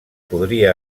podria